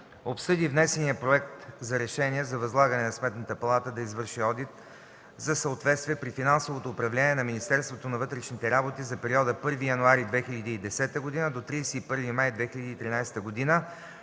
обсъди внесения Проект за решение за възлагане на Сметната палата да извърши одит за съответствие при финансовото управление на Министерство на вътрешните работи за периода 1 януари 2010 г. до 31 май 2013 г.,